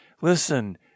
listen